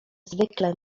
zwykłe